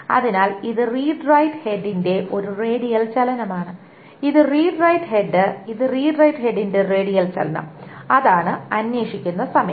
അതിനാൽ ഇത് read write ഹെഡിന്റെ ഒരു റേഡിയൽ ചലനമാണ് ഇതാണ് റീഡ് റൈറ്റ് ഹെഡ് ഇത് റീഡ് റൈറ്റ് ഹെഡിന്റെ റേഡിയൽ ചലനം അതാണ് അന്വേഷിക്കുന്ന സമയം